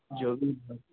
जो भी